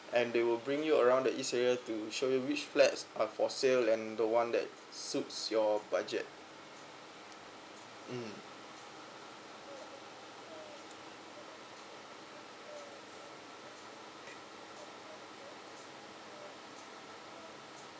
and they will bring you around the east area to show you which flats are for sale and the one that suits your budget mm